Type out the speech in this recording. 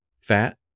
fat